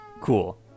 Cool